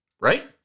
right